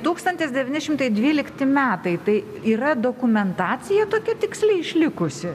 tūktsnatis devyni šimtai dvylikti metai tai yra dokumentacija tokia tiksli išlikusi